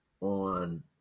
on